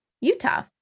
Utah